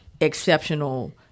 exceptional